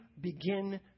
begin